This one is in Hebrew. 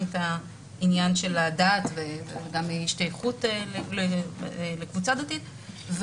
את עניין הדת וההשתייכות לקבוצה דתית,